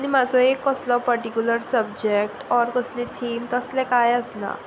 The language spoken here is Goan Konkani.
आनी म्हजो एक कसलो पर्टिकुलर सब्जेक्ट ऑर कसली थीम तसलें कांय आसना